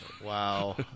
wow